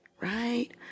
right